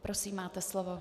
Prosím, máte slovo.